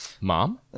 Mom